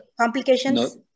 complications